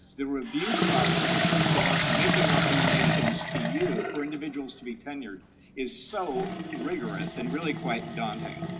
the review process ah for making recommendations to you for individuals to be tenured is so rigorous and really quite daunting.